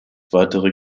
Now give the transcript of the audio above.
weitere